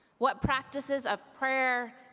what practices of prayer,